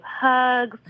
hugs